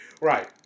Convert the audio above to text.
Right